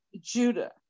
Judah